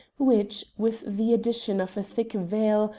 which, with the addition of a thick veil,